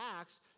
Acts